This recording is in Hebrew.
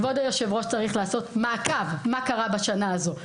כבוד היושב-ראש צריך לעשות מעקב מה קרה בשנה הזו,